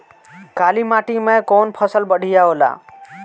काली माटी मै कवन फसल बढ़िया होला?